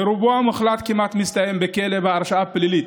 הרוב המוחלט כמעט מסיימים בכלא ובהרשעה פלילית,